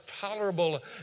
tolerable